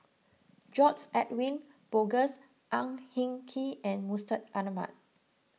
George Edwin Bogaars Ang Hin Kee and Mustaq Ahmad